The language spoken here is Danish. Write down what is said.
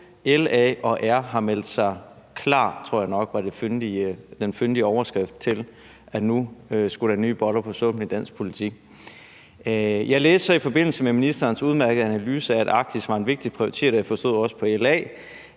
LA og R, som har meldt sig KLAR – det tror jeg nok var den fyndige overskrift – ved at sige, at nu skulle der nye boller på suppen i dansk politik. Jeg læste så i forbindelse med ministerens udmærkede analyse af, at Arktis var en vigtig prioritet – og jeg forstod også på LA,